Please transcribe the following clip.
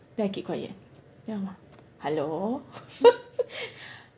then I keep quiet then my mum hello